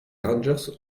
rangers